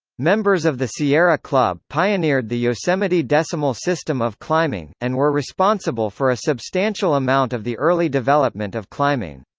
members of the sierra club pioneered the yosemite decimal system of climbing, and were responsible for a substantial amount of the early development of climbing.